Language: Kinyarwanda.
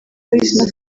boyz